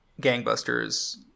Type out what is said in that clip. gangbusters